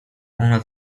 ona